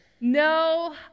No